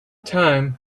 time